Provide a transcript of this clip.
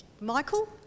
Michael